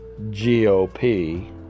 GOP